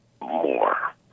more